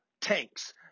tanks